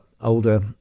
older